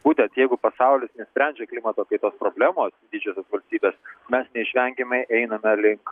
būtent jeigu pasaulis nesprendžia klimato kaitos problemos didžiosios valstybės mes neišvengiamai einame link